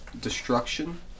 destruction